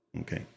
Okay